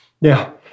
Now